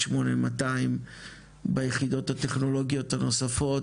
8200 ביחידות הטכנולוגיות הנוספות.